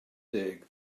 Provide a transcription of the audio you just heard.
deg